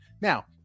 Now